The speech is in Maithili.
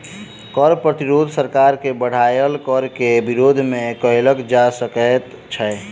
कर प्रतिरोध सरकार के बढ़ायल कर के विरोध मे कयल जा सकैत छै